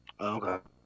Okay